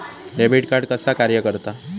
Debit card कसा कार्य करता?